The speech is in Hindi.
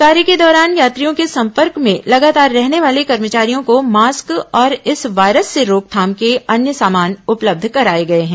कार्य के दौरान यात्रियों के संपर्क में लगातार रहने वाले कर्मचारियों को मास्क और इस वायरस से रोकथाम के अन्य सामान उपलब्ध कराए गए हैं